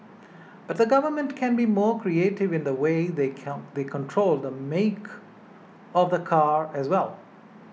but the government can be more creative in the way they come they control the make of the car as well